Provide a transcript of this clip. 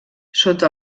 sota